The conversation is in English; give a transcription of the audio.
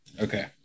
Okay